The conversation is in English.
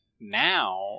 now